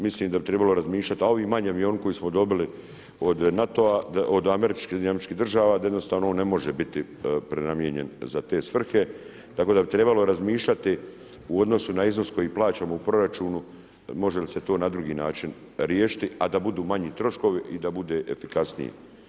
Mislim da bi trebalo razmišljati, a ovi manji avioni koje smo dobili od NATO-a od SAD-a da jednostavno on ne može biti prenamijenjen za te svrhe, tako da bi trebalo razmišljati u odnosu na iznos koji plaćamo u proračunu, može li se to na drugi način riješiti a da budu manji troškovi i da bude efikasnije.